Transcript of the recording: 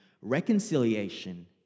reconciliation